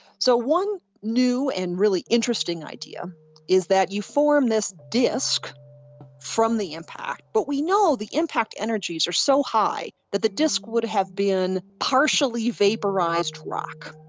so, one new and really interesting idea is that you form this disc from the impact, but we know the impact energies are so high that the disc would have been partially vaporised rock.